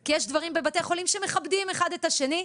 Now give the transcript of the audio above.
כי יש דברים בבתי חולים בהם מכבדים אחד את השני,